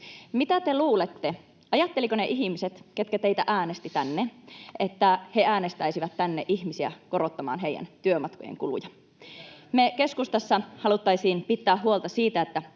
Mitä te luulette, ajattelivatko ne ihmiset, ketkä teitä äänestivät tänne, että he äänestäisivät tänne ihmisiä korottamaan heidän työmatkojensa kuluja? Me keskustassa haluttaisiin pitää huolta siitä,